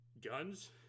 Guns